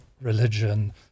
religion